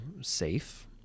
safe